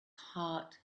heart